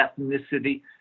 ethnicity